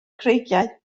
creigiau